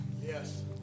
Yes